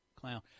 clown